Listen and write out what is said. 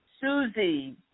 Susie